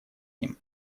ним